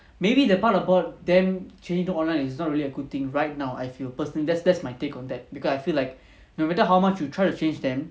maybe the part about them changing into online is not really a good thing right now I feel personally that's that's my take on that because I feel like no matter how much you try to change them